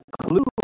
clue